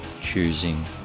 Choosing